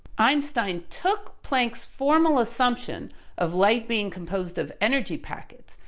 einstein took planck's formal assumption of light being composed of energy packets,